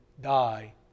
die